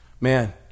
Man